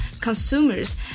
consumers